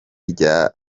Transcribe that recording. rya